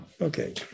Okay